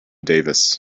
davis